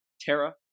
Tara